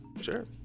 Sure